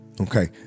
Okay